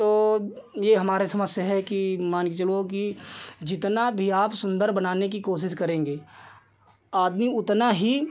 तो यह हमारी समझ से है कि मानकर चलो कि जितना भी आप सुन्दर बनाने की कोशिश करेंगे आदमी उतना ही